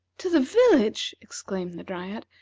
to the village! exclaimed the dryad.